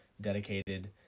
dedicated